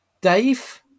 Dave